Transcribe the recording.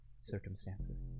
circumstances